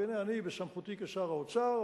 והנה אני בסמכותי כשר האוצר,